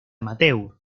amateur